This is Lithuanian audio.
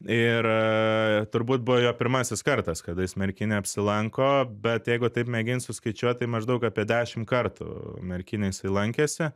ir turbūt buvo jo pirmasis kartas kada jis merkinėj apsilanko bet jeigu taip mėgint suskaičiuot tai maždaug apie dešimt kartų merkinėj jisai lankėsi